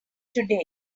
today